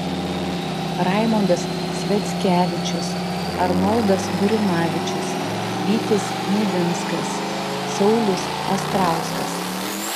raimondas sviackevičius arnoldas gurinavičius vytis nivinskas saulius astrauskas